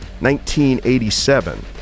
1987